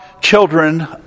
children